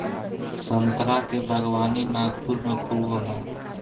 संतरा के बागवानी नागपुर में खूब होला